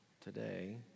today